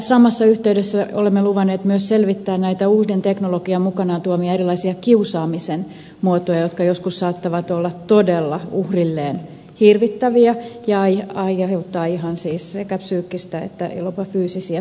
samassa yhteydessä olemme luvanneet myös selvittää näitä erilaisia uuden teknologian mukanaan tuomia kiusaamisen muotoja jotka joskus saattavat olla todella hirvittäviä uhrilleen ja aiheuttaa ihan sekä psyykkisiä että jopa fyysisiä sairastumisia